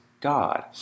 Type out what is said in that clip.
God